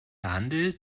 handel